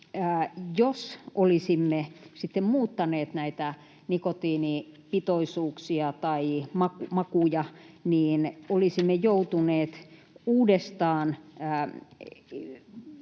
jos olisimme sitten muuttaneet näitä nikotiinipitoisuuksia tai makuja, niin olisimme joutuneet uudestaan